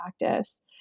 practice